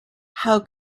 how